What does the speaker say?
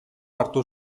hartu